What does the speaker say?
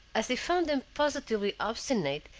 as he found them positively obstinate,